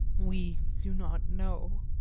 we do not know.